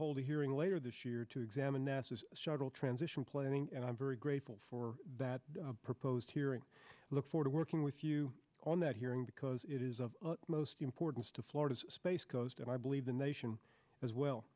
hold a hearing later this year to examine nasa's shuttle transition planning and i'm very grateful for that proposed hearing look for to working with you on that hearing because it is of utmost importance to florida's space coast and i believe the nation as well